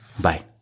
Bye